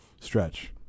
stretch